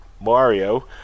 Mario